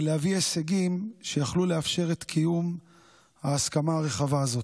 ולהביא הישגים שיכלו לאפשר את קיום ההסכמה הרחבה הזאת.